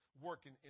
working